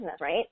right